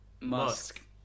Musk